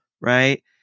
right